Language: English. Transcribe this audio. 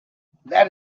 that